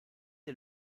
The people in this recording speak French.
est